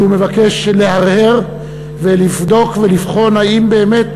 הוא מבקש להרהר ולבדוק ולבחון האם באמת